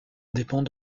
dépend